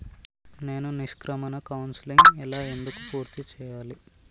నేను నిష్క్రమణ కౌన్సెలింగ్ ఎలా ఎందుకు పూర్తి చేయాలి?